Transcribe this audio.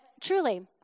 truly